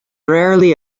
rarely